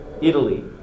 Italy